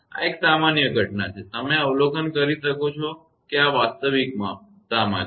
આ એક સામાન્ય ઘટના છે તમે અવલોકન કરી શકો છો કે આ વાસ્તવિકતામાં છે